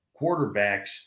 quarterbacks